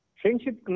friendship